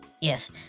Yes